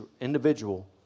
individual